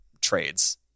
trades